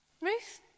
Ruth